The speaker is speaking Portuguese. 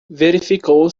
verificou